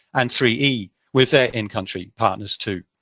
and three e with their in-country partners, too.